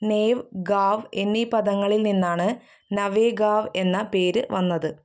നേവ് ഗാവ് എന്നീ പദങ്ങളിൽ നിന്നാണ് നവേഗാവ് എന്ന പേര് വന്നത്